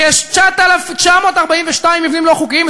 ויש 942 מבנים לא חוקיים.